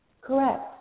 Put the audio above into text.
Correct